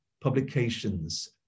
publications